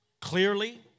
clearly